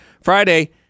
Friday